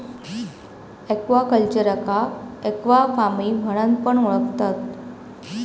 एक्वाकल्चरका एक्वाफार्मिंग म्हणान पण ओळखतत